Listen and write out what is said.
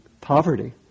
poverty